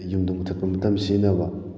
ꯌꯨꯝꯗꯨ ꯃꯨꯊꯠꯄ ꯃꯇꯝꯗ ꯁꯤꯖꯤꯟꯅꯕ